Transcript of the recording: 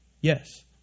Yes